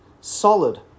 solid